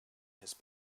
his